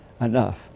enough